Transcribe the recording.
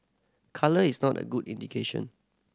colour is not a good indication